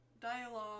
dialogue